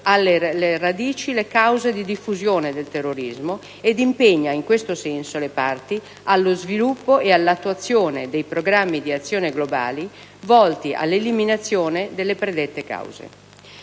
combattere alle radici le cause di diffusione del terrorismo e impegna in questo senso le parti allo sviluppo e all'attuazione dei programmi di azione globali volti all'eliminazione delle predette cause.